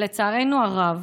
לצערנו הרב,